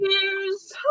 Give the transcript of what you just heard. Cheers